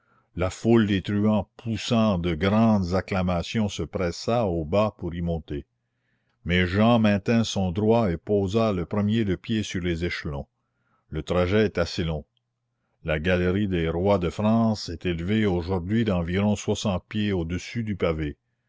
la foule des truands poussant de grandes acclamations se pressa au bas pour y monter mais jehan maintint son droit et posa le premier le pied sur les échelons le trajet était assez long la galerie des rois de france est élevée aujourd'hui d'environ soixante pieds au-dessus du pavé